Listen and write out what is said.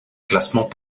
classement